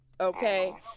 Okay